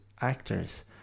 actors